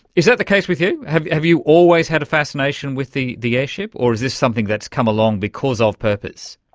is that the case with you? have have you always had a fascination with the the airship, or is this something that's come along because of purpose?